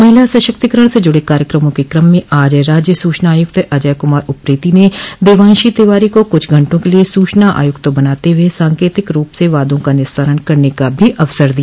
महिला सशक्तिकरण से जुड़े कार्यक्रमों के क्रम में आज राज्य सूचना आयुक्त अजय कुमार उप्रेती ने देवांशी तिवारी को कुछ घंटों के लिए सूचना आयुक्त बनाते हुए सांकेतिक रूप से वादों का निस्तारण करने का भी अवसर दिया